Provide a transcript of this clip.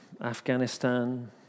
Afghanistan